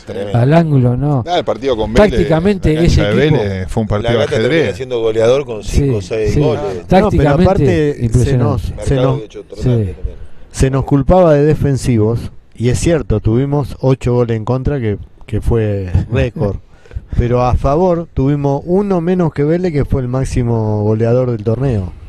Tremendo. Al ángulo, ¿no? Ah, el partido con Vélez, la Tácticamente, ese cancha de equipo- Vélez, fue un La partido de Gata termina ajedrez. siendo goleador con cinco, Sí, seis sí. goles. Ah, no, Tácticamente, eh, pero aparte, se nos- impresionante. se nos- Mercado, de hecho, otro tanto Sí. también. se nos culpaba de defensivos, y es cierto, tuvimos ocho goles en contra, que- que fue récord. Pero a favor, tuvimos uno menos que Vélez, que fue el máximo goleador del torneo.